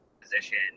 position